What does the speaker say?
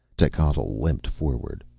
techotl limped forward.